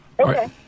Okay